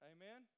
Amen